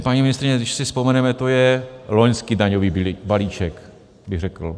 Paní ministryně, když si vzpomeneme, to je loňský daňový balíček, bych řekl.